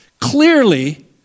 Clearly